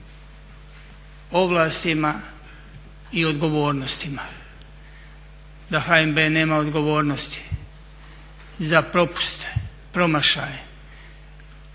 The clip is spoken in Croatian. o ovlastima i odgovornostima, da HNB nema odgovornosti za propuste, promašaje